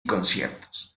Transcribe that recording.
conciertos